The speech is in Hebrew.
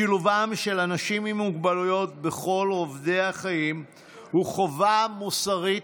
שילובם של אנשים עם מוגבלויות בכל רובדי החיים הוא חובה מוסרית,